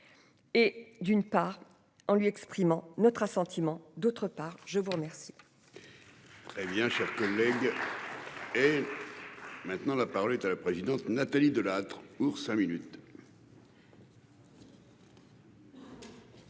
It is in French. Et, d'une part en lui exprimant notre assentiment. D'autre part, je vous remercie.